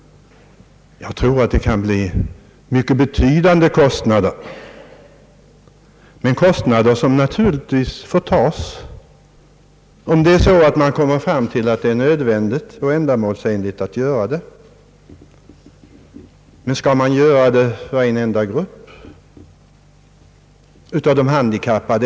Jag tror att det kan bli mycket betydande kostnader, som emellertid får accepteras om insatserna är nödvändiga och ändamålsenliga. Skall man bara hjälpa en enda grupp av de handikappade?